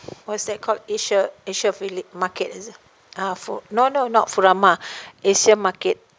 what's that called asia asia flea market is it ah fu~ no no not furama asian market